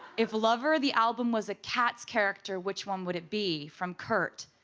if lover, the album, was a cats character, which one would it be? from kurt.